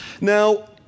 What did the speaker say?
Now